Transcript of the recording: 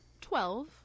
Twelve